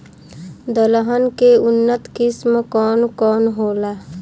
दलहन के उन्नत किस्म कौन कौनहोला?